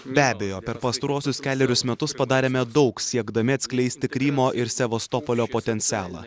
be abejo per pastaruosius kelerius metus padarėme daug siekdami atskleisti krymo ir sevastopolio potencialą